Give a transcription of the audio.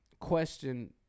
question